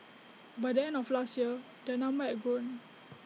by the end of last year their number had grown